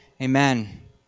Amen